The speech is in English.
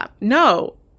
No